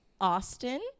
Austin